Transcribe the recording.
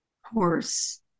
horse